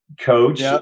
coach